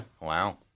wow